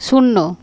শূন্য